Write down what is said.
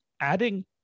adding